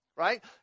right